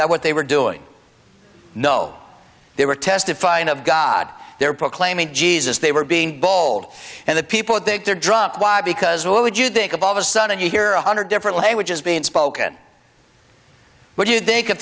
that what they were doing no they were testifying of god they were proclaiming jesus they were being bold and the people they dropped by because what would you think of all of a sudden you hear a hundred different languages being spoken what do you think